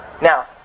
Now